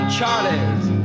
Charlies